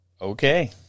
Okay